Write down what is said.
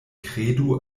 kredu